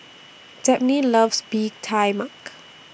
Dabney loves Bee Tai Mak